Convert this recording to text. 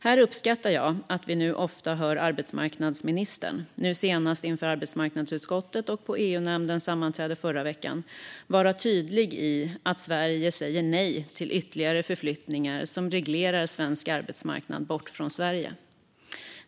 Här uppskattar jag att vi nu ofta hör arbetsmarknadsministern - senast inför arbetsmarknadsutskottet och på EU-nämndens sammanträde förra veckan - vara tydlig med att Sverige säger nej till ytterligare förflyttningar av regleringen av svensk arbetsmarknad bort från Sverige.